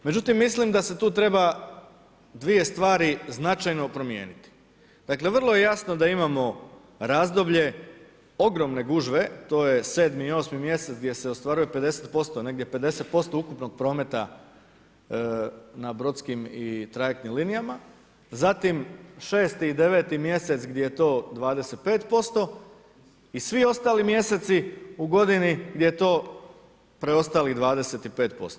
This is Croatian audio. Međutim, mislim da se tu treba 2 stvari značajno promijeniti, vrlo je jasno da imamo razdoblje ogromne gužve, to je 7. i 8. mjesec gdje se ostvaruje 50% negdje 50% ukupnog prometa na brodskim i trajektnim linijama, zatim 6. i 9. mj. gdje je to 25% i svi ostali mjeseci u godini gdje je to preostalih 25%